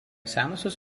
senosios